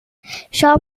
schau